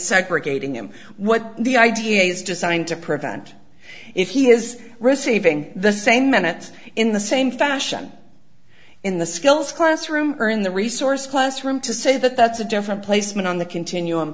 segregating him what the idea is designed to prevent if he is receiving the same minutes in the same fashion in the skills classroom or in the resource classroom to say that that's a different placement on the continuum